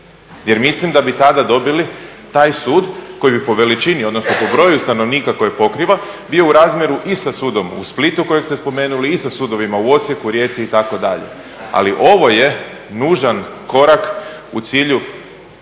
jer mislim da bi tada dobili taj sud koji bi po veličini, odnosno po broju stanovnika koje pokriva bio u razmjeru i sa sudom u Splitu kojeg ste spomenuli i sa sudovima u Osijeku, Rijeci itd. Ali ovo je nužan korak u cilju